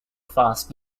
fast